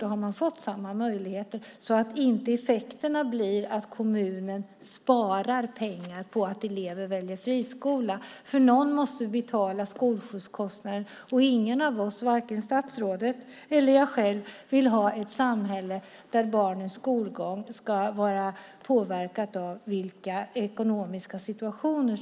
Då har de fått samma möjligheter så att effekterna inte blir att kommunen sparar pengar på att elever väljer friskola. Någon måste ju betala skolskjutskostnaden och ingen av oss, varken statsrådet eller jag själv, vill ha ett samhälle där barnens skolgång ska påverkas av föräldrarnas ekonomiska situation.